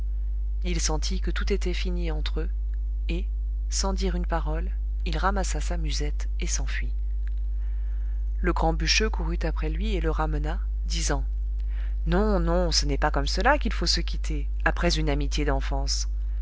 il sentit que tout était fini entre eux et sans dire une parole il ramassa sa musette et s'enfuit le grand bûcheux courut après lui et le ramena disant non non ce n'est pas comme cela qu'il faut se quitter après une amitié d'enfance